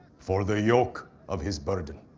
for the yoke of his burden,